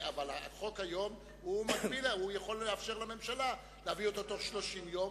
החוק היום יכול לאפשר לממשלה להביא אותו בתוך 30 יום,